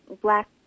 black